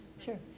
Sure